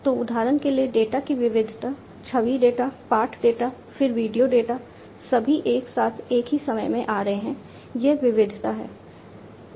तो उदाहरण के लिए डेटा की विविधता छवि डेटा पाठ डेटा फिर वीडियो डेटा सभी एक साथ एक ही समय में आ रहे हैं वह विविधता है